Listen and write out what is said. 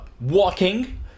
walking